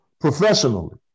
Professionally